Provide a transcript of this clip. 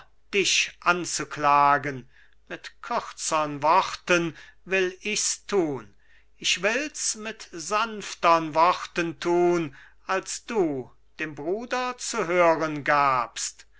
dich anzuklagen mit kürzern worten will ich's thun ich will's mit sanftern worten thun als du dem bruder zu hören gabst